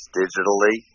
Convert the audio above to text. digitally